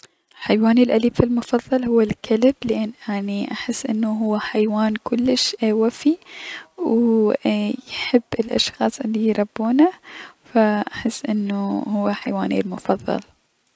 حيواني الأليف هو الكلب لأن احس انه هو كلش وفي و يحب الأشخاص الي يربونهف حس انه هو حيواني المفضل.